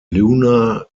lunar